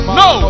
no